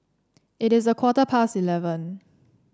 it is a quarter past eleven